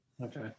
Okay